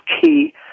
key